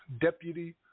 Deputy